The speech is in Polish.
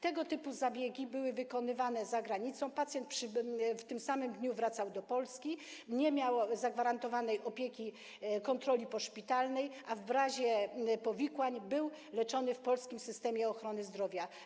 Tego typu zabiegi były wykonywane za granicą, pacjent w tym samym dniu wracał do Polski, nie miał zagwarantowanej opieki, kontroli poszpitalnej, a w razie powikłań był leczony w polskim systemie ochrony zdrowia.